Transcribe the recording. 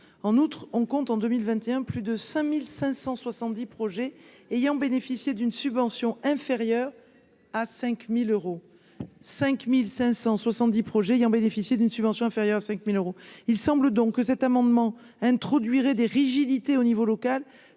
subvention inférieur à 5000 euros 5570 projets ayant bénéficié d'une subvention inférieur à 5000 euros, il semble donc que cet amendement. Introduirait des rigidités au niveau local